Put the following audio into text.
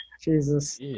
Jesus